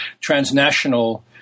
transnational